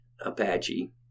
Apache